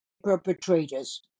perpetrators